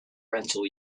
rental